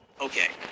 Okay